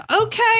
okay